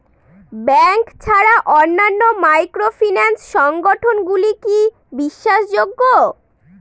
Bank ছাড়া অন্যান্য microfinance সংগঠন গুলি কি বিশ্বাসযোগ্য?